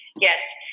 yes